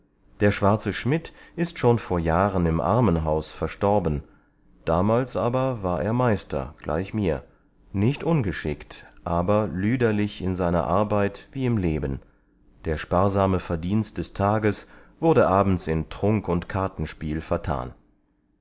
der schwarze schmidt ist schon vor jahren im armenhaus verstorben damals aber war er meister gleich mir nicht ungeschickt aber lüderlich in seiner arbeit wie im leben der sparsame verdienst des tages wurde abends in trunk und kartenspiel vertan